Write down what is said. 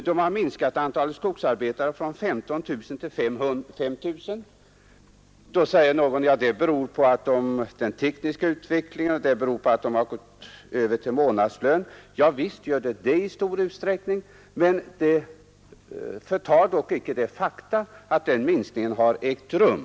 Man har minskat antalet skogsarbetare från 15 000 till 5 000. Då säger någon att det beror på den tekniska utvecklingen och på att man gått över till helårsanställning. I stor utsträckning förhåller det sig så, men det förtar dock icke det faktum att minskningen ägt rum.